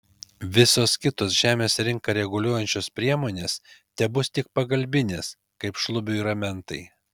visos kitos žemės rinką reguliuojančios priemonės tebus tik pagalbinės kaip šlubiui ramentai